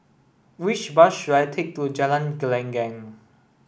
which bus should I take to Jalan Gelenggang